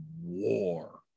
war